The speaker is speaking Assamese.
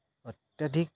অত্যাধিক